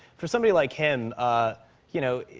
for somebody like him you know,